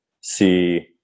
see